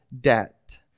debt